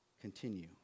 Continue